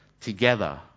together